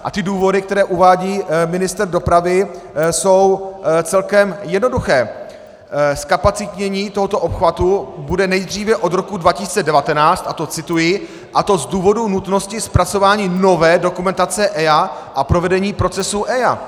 A důvody, které uvádí ministr dopravy, jsou celkem jednoduché: Zkapacitnění tohoto obchvatu bude nejdříve od roku 2019, a to cituji, a to z důvodu nutnosti zpracování nové dokumentace EIA a provedení procesu EIA...